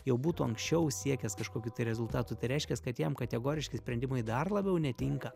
jau būtų anksčiau siekęs kažkokių tai rezultatų tai reiškias kad jam kategoriški sprendimai dar labiau netinka